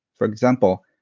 for example,